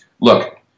Look